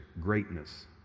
greatness